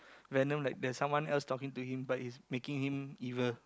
venom like there's someone else talking to him but is making him evil